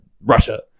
Russia